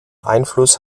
einfluss